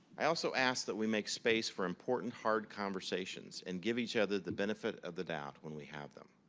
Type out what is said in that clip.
i also ask that we make space for important hard conversations and give each other the benefit of the doubt when we have them.